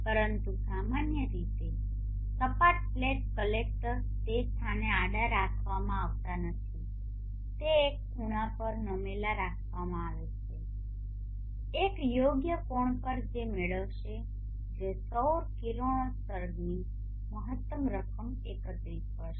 પરંતુ સામાન્ય રીતે સપાટ પ્લેટ કલેક્ટર તે સ્થાને આડા રાખવામાં આવતા નથી તે એક ખૂણા પર નમેલા રાખવામાં આવે છે એક યોગ્ય કોણ પર જે મેળવશે જે સૌર કિરણોત્સર્ગની મહત્તમ રકમ એકત્રિત કરશે